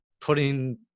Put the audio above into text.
putting